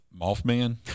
mothman